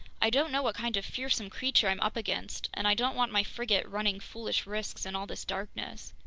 i don't know what kind of fearsome creature i'm up against, and i don't want my frigate running foolish risks in all this darkness.